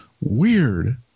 Weird